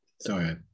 Sorry